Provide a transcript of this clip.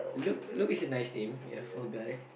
Luke Luke is a nice name ya for a guy